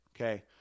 Okay